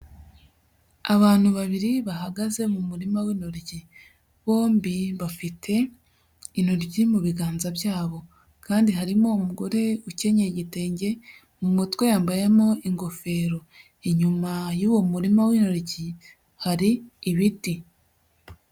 Abantu babiri bahagaze mu murima w'intoryi. Bombi bafite intoryi mu biganza byabo. Kandi harimo umugore ukenyeye igitenge, mu mutwe yambayemo ingofero. Inyuma y'uwo murima w'intoki hari ibiti.